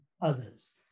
others